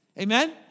Amen